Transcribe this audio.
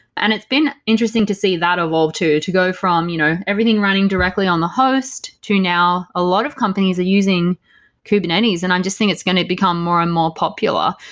and it's been interesting to see that evolve too, to go from you know everything running directly on the host, to now a lot of companies are using kubernetes. and i'm just think it's going to become more and more popular,